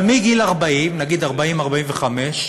אבל מגיל 40, נגיד, 40, 45,